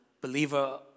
believer